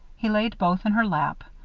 he laid both in her lap,